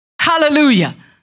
Hallelujah